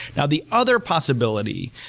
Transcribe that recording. now, the other possibility,